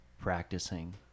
practicing